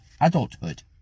adulthood